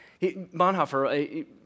Bonhoeffer